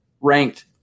ranked